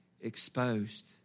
exposed